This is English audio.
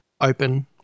open